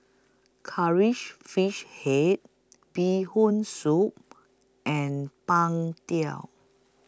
Curry She Fish Head Bee Hoon Soup and Png Tao